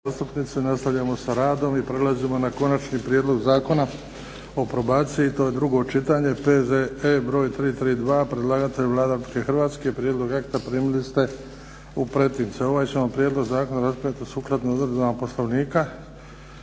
nastavljamo sa radom i prelazimo na - Konačni prijedlog zakona o probaciji, drugo čitanje, P.Z.E. br. 332 Prijedlog akta primili ste u pretince. Ovaj ćemo prijedlog zakona raspravljati sukladno odredbama Poslovnika